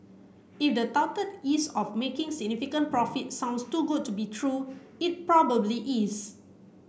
if the touted ease of making significant profits sounds too good to be true it probably is